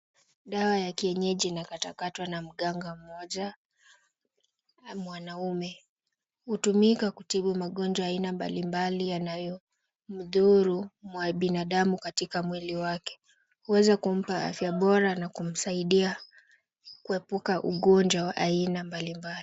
Dawa ya kienyeji inakatakatwa na mganga mmoja mwanaume. Hutumika kutibu magonjwa aina mbalimbali yanayomdhuru binadamu katika mwili wake. Huweza kumpa afya bora na kumsaidia kuepuka ugonjwa wa aina mbalimbali.